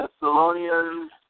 Thessalonians